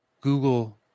Google